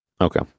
Okay